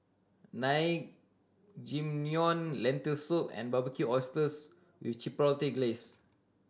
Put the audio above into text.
Naengmyeon Lentil Soup and Barbecued Oysters with Chipotle Glaze